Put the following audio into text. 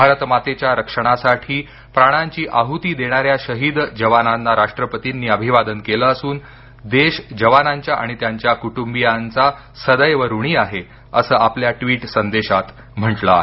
भारतमातेच्या रक्षणासाठी प्राणांची आहुती देणाऱ्या शहीद जवानांना राष्ट्रपतींनी अभिवादन केलं असून देश जवानांच्या आणि त्यांच्या कुटुंबियांचा सदैव ऋणी आहे असं आपल्या ट्विट संदेशात म्हटलं आहे